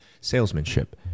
Salesmanship